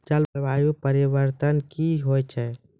जलवायु परिवर्तन कया हैं?